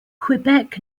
quebec